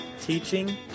teaching